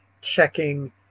checking